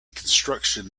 contruction